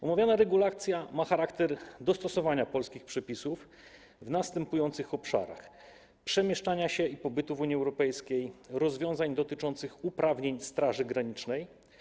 Omawiana regulacja ma charakter dostosowania polskich przepisów w następujących obszarach: przemieszczania się i pobytu w Unii Europejskiej, rozwiązań dotyczących uprawnień Straży Granicznej.